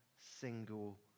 single